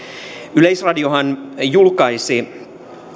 yleisradiohan julkaisi